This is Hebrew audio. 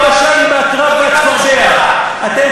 ויסיים את הדיון אחריה, חבר הכנסת נחמן שי.